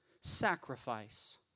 sacrifice